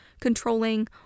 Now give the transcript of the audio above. controlling